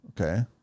okay